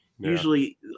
usually